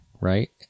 right